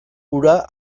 ura